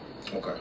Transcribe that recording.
Okay